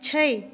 छै